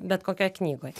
bet kokioj knygoj